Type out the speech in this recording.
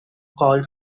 called